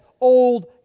old